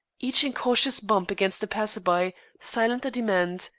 each incautious bump against a passer-by silenced a demand,